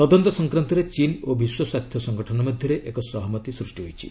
ତଦନ୍ତ ସଂକ୍ରାନ୍ତରେ ଚୀନ୍ ଓ ବିଶ୍ୱ ସ୍ୱାସ୍ଥ୍ୟ ସଂଗଠନ ମଧ୍ୟରେ ଏକ ସହମତି ସୃଷ୍ଟି ହୋଇଛି